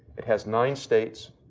it has nine states.